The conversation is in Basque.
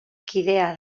kidea